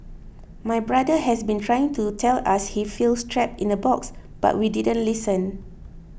my brother has been trying to tell us he feels trapped in a box but we didn't listen